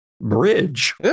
bridge